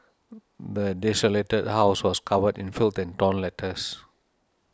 the desolated house was covered in filth and torn letters